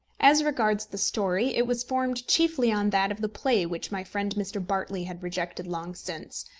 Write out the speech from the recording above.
as regards the story, it was formed chiefly on that of the play which my friend mr. bartley had rejected long since,